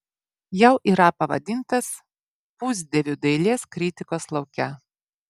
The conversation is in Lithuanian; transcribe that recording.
jau yra pavadintas pusdieviu dailės kritikos lauke